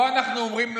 פה אנחנו אומרים להם: